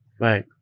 Right